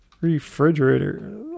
refrigerator